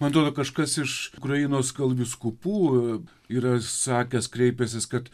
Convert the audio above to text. man atrodo kažkas iš ukrainos gal vyskupų yra sakęs kreipęsis kad